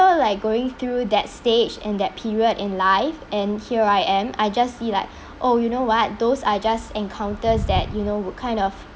like going through that stage and that period in life and here I am I just see like oh you know what those I just encounter's that you know would kind of